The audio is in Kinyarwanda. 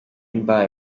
mbaye